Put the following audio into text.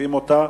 מוסיפים אותה,